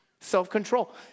self-control